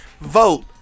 Vote